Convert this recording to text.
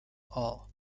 all